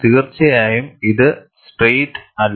തീർച്ചയായും ഇത് സ്ട്രൈയിറ്റ് അല്ല